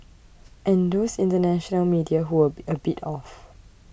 and those international media who were be a bit off